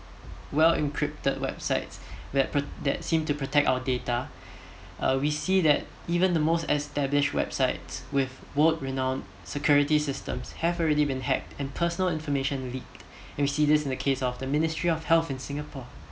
well encrypted websites that pro~ that seem to protect our data uh we see that even the most established websites with world renowned security systems have already been hacked and personal information leaked you see this in the case of the ministry health of in singapore